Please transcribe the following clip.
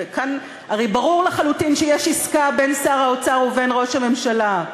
הרי ברור לחלוטין שיש עסקה בין שר האוצר ובין ראש הממשלה,